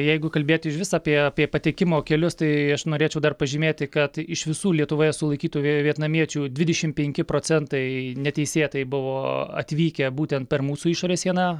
jeigu kalbėti išvis apie apie patekimo kelius tai aš norėčiau dar pažymėti kad iš visų lietuvoje sulaikytų vietnamiečių dvidešimt penki procentai neteisėtai buvo atvykę būtent per mūsų išorės sieną